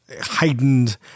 heightened